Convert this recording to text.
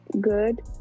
good